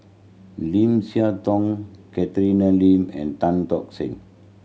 Lim Siah Tong Catherine Lim and Tan Tock Seng